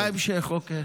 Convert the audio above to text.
בהמשך, אוקיי.